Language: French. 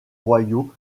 royaux